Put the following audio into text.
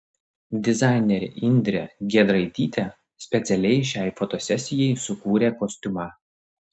dizainerė indrė giedraitytė specialiai šiai fotosesijai sukūrė kostiumą